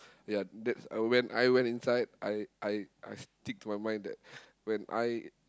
ya that uh when I went inside I I I stick to my mind that when I